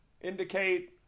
indicate